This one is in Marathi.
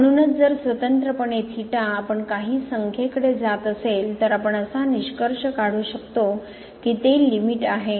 म्हणूनच जर स्वतंत्रपणे थिटा आपण काही संख्येकडे जात असेल तर आपण असा निष्कर्ष काढू शकतो कीते लिमिट आहे